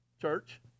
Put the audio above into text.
Church